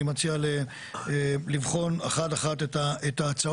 אני מציע לבחון אחת אחת את ההצעות.